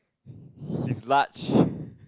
he is large